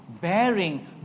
bearing